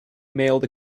mailed